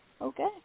Okay